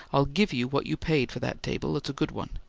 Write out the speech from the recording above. i'll give you what you paid for that table. it's a good one.